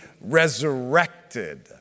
resurrected